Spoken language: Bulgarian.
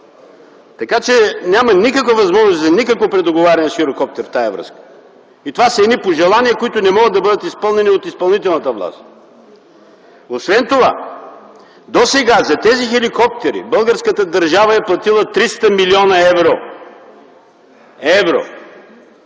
Така че няма никаква възможност за никакво предоговаряне с „Юрокоптер” в тази връзка. И това са пожелания, които не могат да бъдат изпълнени от изпълнителната власт. Освен това досега за тези хеликоптери българската държава е платила 300 млн. евро.